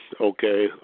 Okay